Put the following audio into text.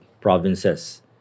provinces